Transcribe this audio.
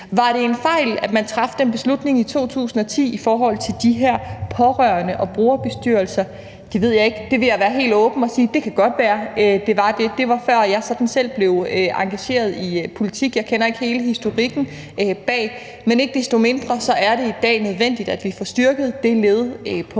Var det en fejl, at man traf den beslutning i 2010 i forhold til de her pårørende- og brugerbestyrelser? Det ved jeg ikke. Jeg vil være helt åben og sige, at det godt kan være, at det var det. Det var før, jeg selv blev engageret i politik. Jeg kender ikke hele historikken bag, men ikke desto mindre er det i dag nødvendigt, at vi får styrket det led på